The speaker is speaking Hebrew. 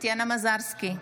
טטיאנה מזרסקי,